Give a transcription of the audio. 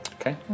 Okay